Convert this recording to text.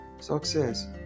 success